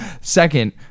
Second